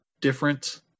different